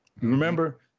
remember